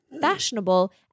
fashionable